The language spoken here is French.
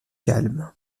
calme